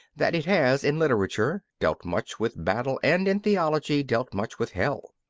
that it has in literature dealt much with battle and in theology dealt much with hell.